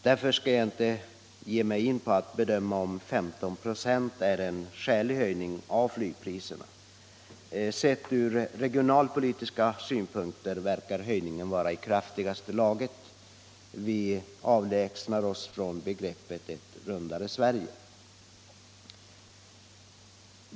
Därför skall jag inte ge mig in på att bedöma om 15 96 är en skälig höjning av flygpriserna. Sett ur regionalpolitisk synpunkt verkar höjningen vara i kraftigaste laget. Vi avlägsnar oss från begreppet ”ett rundare Sverige”.